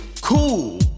cool